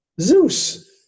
Zeus